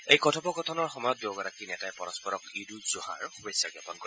এই কথোপকথনৰ সময়ত দুয়োগৰাকী নেতাই পৰস্পৰক ঈদ উজ জোহাৰ শুভেচ্ছা জাপন কৰে